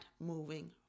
moving